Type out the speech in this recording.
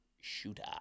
Shooter